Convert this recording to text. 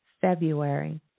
February